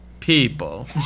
People